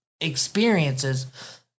experiences